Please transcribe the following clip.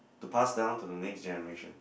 to pass down to the next generation